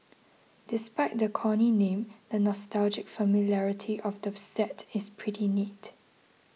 despite the corny name the nostalgic familiarity of the set is pretty neat